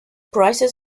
prices